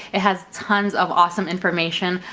it has tons of awesome information.